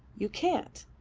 you can't.